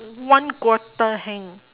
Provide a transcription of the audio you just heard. one quarter hang